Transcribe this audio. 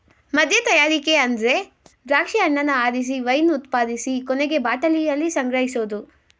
ಮದ್ಯತಯಾರಿಕೆ ಅಂದ್ರೆ ದ್ರಾಕ್ಷಿ ಹಣ್ಣನ್ನ ಆರಿಸಿ ವೈನ್ ಉತ್ಪಾದಿಸಿ ಕೊನೆಗೆ ಬಾಟಲಿಯಲ್ಲಿ ಸಂಗ್ರಹಿಸೋದು